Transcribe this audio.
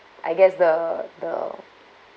I guess the the